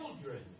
children